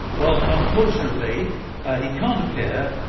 well, unfortunately he can't appear,